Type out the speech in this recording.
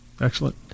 Excellent